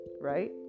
right